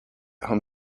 home